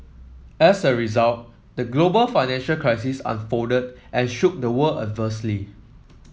as a result the global financial crisis unfolded and shook the world adversely